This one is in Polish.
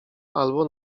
albo